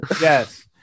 Yes